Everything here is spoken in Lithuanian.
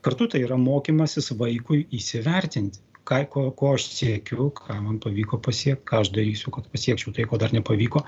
kartu tai yra mokymasis vaikui įsivertinti ką ko ko aš siekiu ką man pavyko pasiekti ką aš darysiu kad pasiekčiau tai ko dar nepavyko